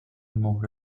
مهر